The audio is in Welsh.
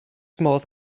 modd